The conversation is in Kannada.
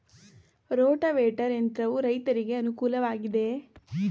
ರೋಟಾವೇಟರ್ ಯಂತ್ರವು ರೈತರಿಗೆ ಅನುಕೂಲ ವಾಗಿದೆಯೇ?